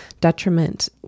detriment